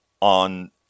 on